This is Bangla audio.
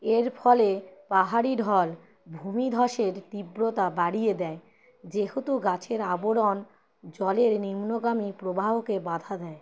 এর ফলে পাহাড়ি ঢল ভূমিধসের তীব্রতা বাড়িয়ে দেয় যেহেতু গাছের আবরণ জলের নিম্নগামী প্রবাহকে বাধা দেয়